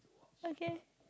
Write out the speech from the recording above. okay